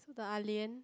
so the ah-lian